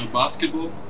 basketball